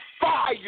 fire